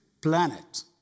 planet